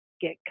get